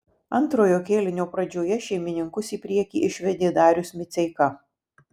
antrojo kėlinio pradžioje šeimininkus į priekį išvedė darius miceika